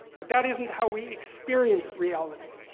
but that isn't how we experience reality.